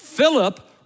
Philip